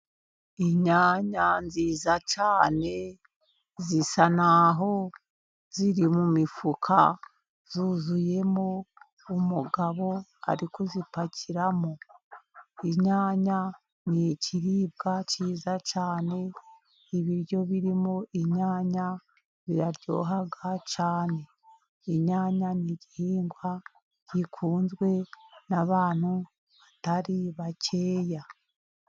Inyanya nziza cyane, zisa n'aho ziri mu mifuka, zuzuyemo, umugabo ari kuzipakiramo. Inyanya ni ikiribwa cyiza cyane, ibiryo birimo inyanya biraryoha cyane. Inyanya ni igihingwa gikunzwe n'abantu batari bakeya.